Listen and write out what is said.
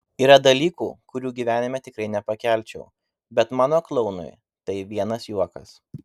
yra dalykų kurių gyvenime tikrai nepakelčiau bet mano klounui tai vienas juokas